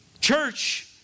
church